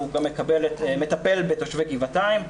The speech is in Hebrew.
גם מטפל בתושבי גבעתיים.